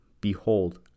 behold